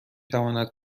تواند